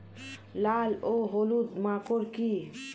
লাল ও হলুদ মাকর কী?